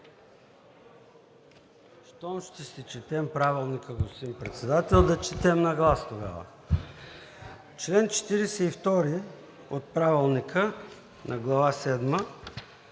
Щом ще си четем Правилника, господин Председател, да четем на глас тогава. Чл. 42 от Правилника на Глава